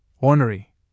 ornery